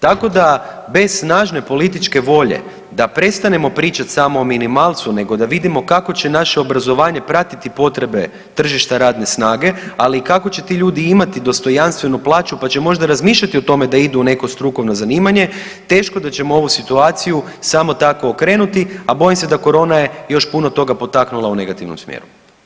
Tako da bez snažne političke volje da prestanemo pričat samo o minimalcu nego da vidimo kako će naše obrazovanje pratiti potrebe tržišta radne snage, ali i kako će ti ljudi imati dostojanstvenu plaću pa će možda razmišljati o tome da idu u neko strukovno zanimanje teško da ćemo ovu situaciju samo tako okrenuti, a bojim se da korona je još puno toga potaknula u negativnom smjeru.